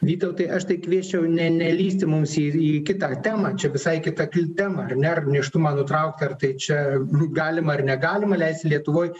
vytautai aš tai kviesčiau ne ne nelįsti mums į į kitą temą čia visai kita tema ar ne ar nėštumą nutraukti tai čia galima ar negalima leisti lietuvoj